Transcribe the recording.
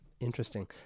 Interesting